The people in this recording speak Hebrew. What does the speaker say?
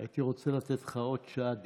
הייתי רוצה לתת לך עוד שעת דיבור,